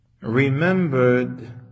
remembered